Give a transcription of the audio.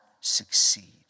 succeed